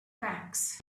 backs